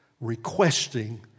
requesting